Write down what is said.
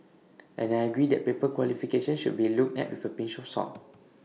and I agree that paper qualifications should be looked at with A pinch of salt